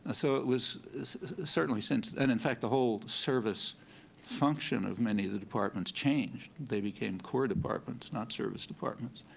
ah so it was certainly since and in fact, the whole service function of many of the departments changed. they became core departments, not service departments,